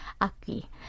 Aki